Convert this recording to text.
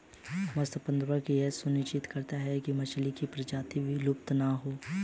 मत्स्य प्रबंधन यह सुनिश्चित करता है की मछली की प्रजाति विलुप्त ना हो